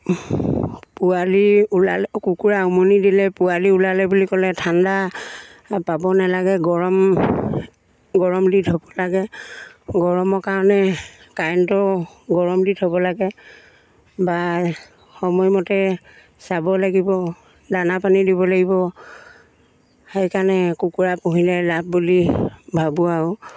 পোৱালি ওলালে কুকুৰা উমনি দিলে পোৱালি ওলালে বুলি ক'লে ঠাণ্ডা পাব নালাগে গৰম গৰম দি থ'ব লাগে গৰমৰ কাৰণে কাৰেণ্টৰ গৰম দি থ'ব লাগে বা সময়মতে চাব লাগিব দানা পানী দিব লাগিব সেইকাৰণে কুকুৰা পুহিলে লাভ বুলি ভাবোঁ আৰু